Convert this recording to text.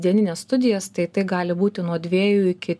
dienines studijas tai tai gali būti nuo dviejų iki